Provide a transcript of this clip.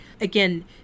Again